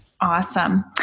Awesome